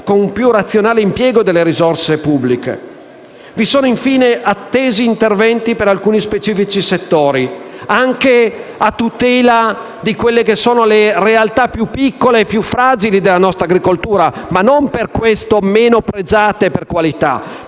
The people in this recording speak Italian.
con un più razionale impiego delle risorse pubbliche. Vi sono, infine, attesi interventi per alcuni specifici settori, anche a tutela delle realtà più piccole e fragili della nostra agricoltura, ma non per questo meno pregiate per qualità,